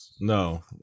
No